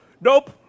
Nope